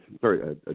sorry